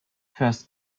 first